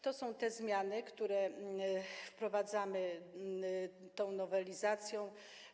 To są te zmiany, które wprowadzamy w tej nowelizacji.